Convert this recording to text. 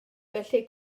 felly